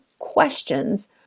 questions